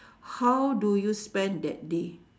how do you spend that day